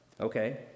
Okay